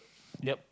yup